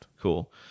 Cool